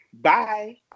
bye